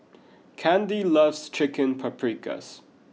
Kandy loves Chicken Paprikas